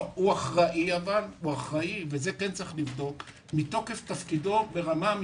לא, אבל הוא אחראי מתוקף תפקידו, ברמה המשפטית,